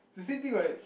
the same thing what